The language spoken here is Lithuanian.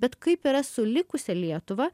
bet kaip yra su likusia lietuva